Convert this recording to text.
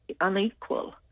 unequal